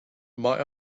might